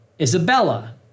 Isabella